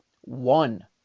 One